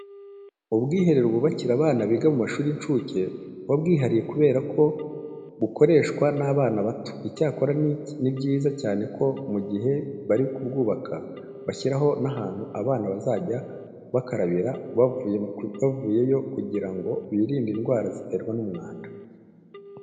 Ubwiherero bubakira abana biga mu mashuri y'incuke buba bwihariye kubera ko bukoreshwa n'abana bato. Icyakora ni byiza cyane ko mu gihe bari kubwubaka bashyiraho n'ahantu abana bazajya bakarabira bavuyeyo kugira ngo birinde indwara ziterwa n'umwanda.